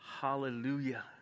hallelujah